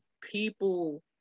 people